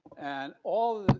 and all